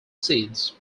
seeds